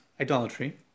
idolatry